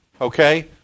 Okay